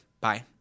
Bye